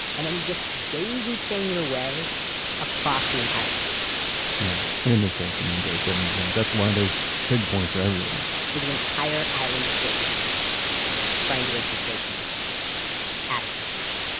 and then you just daisy chain your way across the entire landmass wow. and in this case, you mean great britain and that's why those trig points are everywhere for the entire island of great britain. yes, yes, with triangulation stations at every point